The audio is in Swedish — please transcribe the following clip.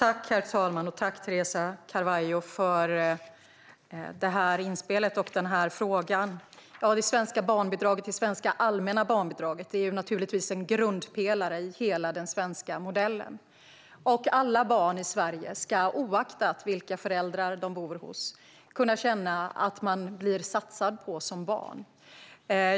Herr talman! Tack, Teresa Carvalho, för inspelet och frågan! Det svenska barnbidraget, det svenska allmänna barnbidraget, är en grundpelare i hela den svenska modellen. Alla barn i Sverige ska, oaktat vilka föräldrar de bor hos, kunna känna att de blir satsade på som barn.